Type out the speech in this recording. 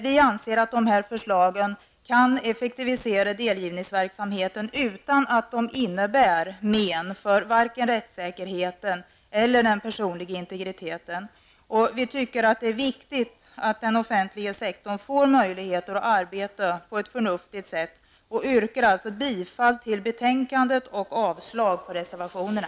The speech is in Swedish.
Vi anser att dessa förslag kan effektivisera delgivningsverksamheten utan att de medför men för rättssäkerheten eller den personliga integriteten. Vi tycker att det är viktigt att den offentliga sektorn får möjligheter att arbeta på ett förnuftigt sätt och yrkar således bifall till utskottets hemställan och avslag på reservationerna.